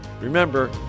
Remember